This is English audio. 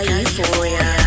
Euphoria